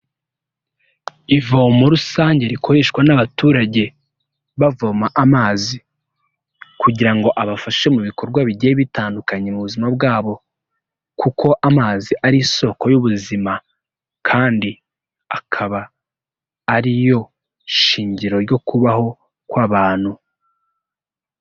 Ivomo rusange rikoreshwa n'abaturage bavoma amazi kugira ngo abafashe mu bikorwa bigiye bitandukanye mu buzima bwabo kuko amazi ari isoko y'ubuzima kandi akaba ari yo shingiro ryo kubaho kw'abantu.